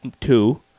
two